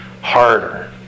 harder